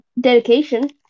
dedication